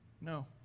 no